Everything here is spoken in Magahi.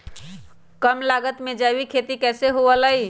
कम लागत में जैविक खेती कैसे हुआ लाई?